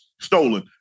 Stolen